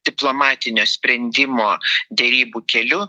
diplomatinio sprendimo derybų keliu